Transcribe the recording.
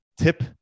tip